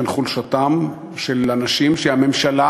בין חולשתם של אנשים שהממשלה